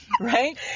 right